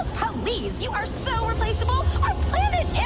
police you are so replaceable our planet yeah